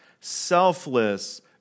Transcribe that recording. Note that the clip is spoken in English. selfless